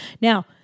Now